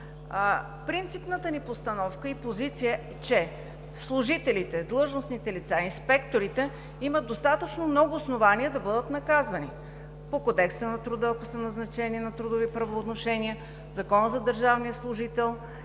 Принципната ни постановка и позиция е, че служителите, длъжностните лица и инспекторите имат достатъчно много основания да бъдат наказвани по: Кодекса на труда, ако са назначени по трудови правоотношения, Закона за държавния служител